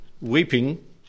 weeping